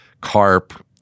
carp